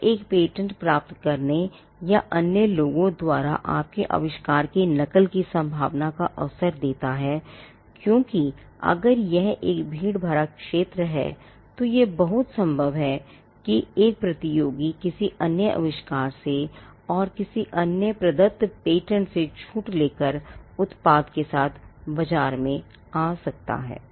यह एक पेटेंट प्राप्त करने का या अन्य लोगों द्वारा आपके आविष्कार की नकल की संभावना का अवसर देता है क्योंकि अगर यह एक भीड़ भरा क्षेत्र है तो यह बहुत संभव है कि एक प्रतियोगी किसी अन्य आविष्कार से और किसी अन्य प्रदत पेटेंट से छूट ले कर उत्पाद के साथ बाजार में आ सकता है